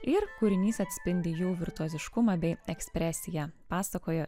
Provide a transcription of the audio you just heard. ir kūrinys atspindi jų virtuoziškumą bei ekspresiją pasakojo